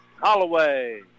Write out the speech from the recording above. Holloway